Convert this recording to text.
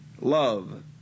love